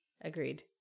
Agreed